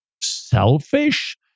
selfish